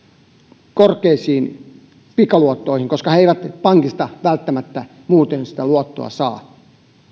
korkeakorkoisiin pikaluottoihin koska he eivät pankista välttämättä muuten sitä luottoa saa